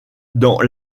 dans